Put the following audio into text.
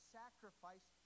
sacrifice